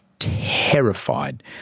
Terrified